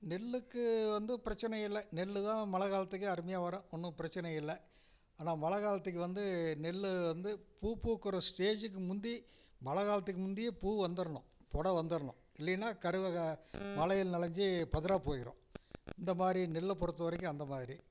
நெல்லுக்கு வந்து பிரச்சனை இல்லை நெல்தான் மழைக்காலத்துக்கே அருமையாக வரும் ஒன்றும் பிரச்சனை இல்லை ஆனால் மழைக்காலத்துக்கு வந்து நெல் வந்து பூப்பூக்கிற ஸ்டேஜ்க்கு முந்தி மழைக்காலத்துக்கு முந்தியே பூ வந்துடணும் பொட வந்துடணும் இல்லைன்னா கருவக மழையில் நனஞ்சி பதுரா போயிடும் இந்தமாதிரி நெல்லை பொறுத்தவரைக்கும் அந்தமாதிரி